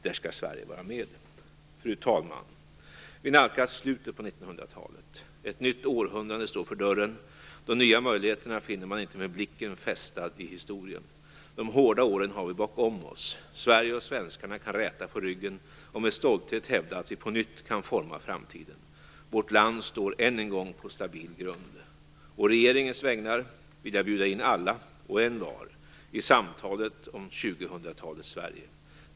Där skall Sverige vara med. Fru talman! Vi nalkas slutet på 1900-talet. Ett nytt århundrade står för dörren. Den nya möjligheterna finner man inte med blicken fästad i historien. De hårda åren har vi bakom oss. Sverige och svenskarna kan räta på ryggen och med stolthet hävda att vi på nytt kan forma framtiden. Vårt land står än en gång på stabil grund. Å regeringens vägnar vill jag bjuda in alla och envar i samtalet om 2000-talets Sverige.